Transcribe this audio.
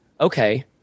okay